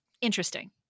interesting